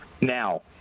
Now